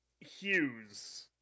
Hughes